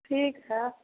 ठीक हइ